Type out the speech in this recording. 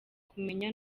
kumenya